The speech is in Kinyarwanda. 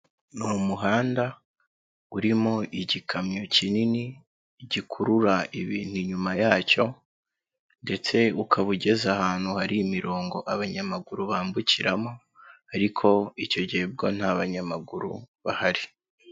Ni umuhanda urimo igikamyo kinini, gikurura ibintu inyuma yacyo, ndetse ukaba ugeze ahantu hari imirongo abanyamaguru bambukiramo, ariko icyo gihe bwo nta banyamaguru bahari.